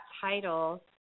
title